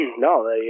No